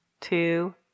two